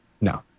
No